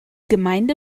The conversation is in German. gemeinde